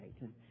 right